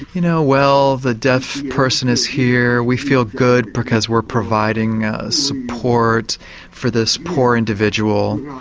you know, well, the deaf person is here, we feel good because we're providing support for this poor individual.